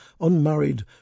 unmarried